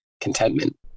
contentment